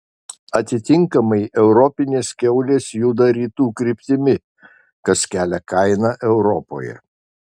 atitinkamai europinės kiaulės juda rytų kryptimi kas kelia kainą europoje